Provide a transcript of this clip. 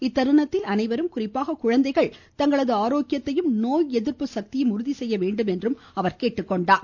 இத்தருணத்தில் அனைவரும் குறிப்பாக குழந்தைகள் தங்கள் ஆரோக்கியத்தையும் நோய் எதிர்ப்பு சக்தியையும் உறுதி செய்ய வேண்டும் எனவும் அவர் வலியுறுத்தியுள்ளார்